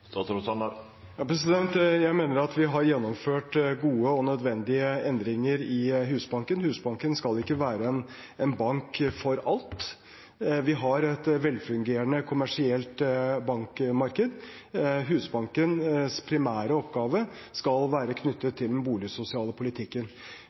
Jeg mener at vi har gjennomført gode og nødvendige endringer i Husbanken. Husbanken skal ikke være en bank for alt. Vi har et velfungerende kommersielt bankmarked. Husbankens primære oppgave skal være knyttet